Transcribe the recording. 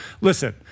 listen